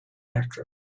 actress